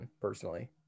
personally